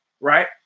right